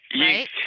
right